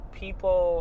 people